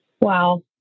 Wow